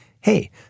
Hey